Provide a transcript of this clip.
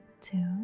two